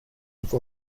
have